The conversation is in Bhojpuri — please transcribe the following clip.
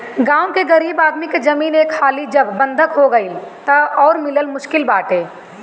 गांव में गरीब आदमी के जमीन एक हाली जब बंधक हो गईल तअ उ मिलल मुश्किल बाटे